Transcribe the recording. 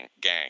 gang